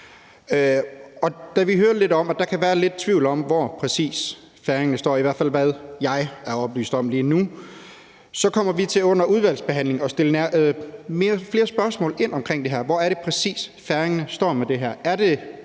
da vi hører lidt om, at der kan være lidt tvivl om, præcis hvor færingerne står, i hvert fald ud fra det, jeg er oplyst om lige nu, så kommer vi til under udvalgsbehandlingen at stille flere spørgsmål omkring det her. Hvor er det, færinger står i forhold